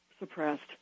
suppressed